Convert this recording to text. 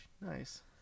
nice